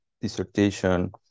dissertation